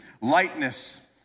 Lightness